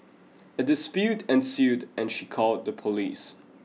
a dispute ensued and she called the police